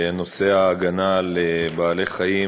נושא ההגנה על בעלי-חיים,